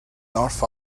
north